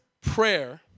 prayer